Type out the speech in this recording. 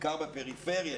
בעיקר בפריפריה,